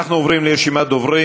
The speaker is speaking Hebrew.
אנחנו עוברים לרשימת הדוברים.